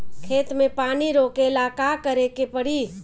खेत मे पानी रोकेला का करे के परी?